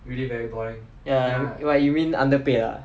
ya like you mean underpaid ah